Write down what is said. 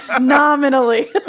Nominally